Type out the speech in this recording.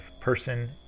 Person